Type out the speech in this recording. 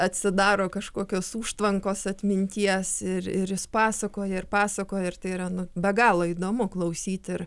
atsidaro kažkokios užtvankos atminties ir ir jis pasakoja ir pasakojo ir tai yra nu be galo įdomu klausyt ir